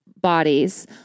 bodies